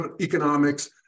economics